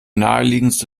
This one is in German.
naheliegendste